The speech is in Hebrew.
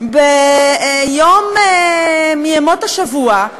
ביום מימות השבוע,